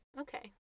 Okay